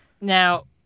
Now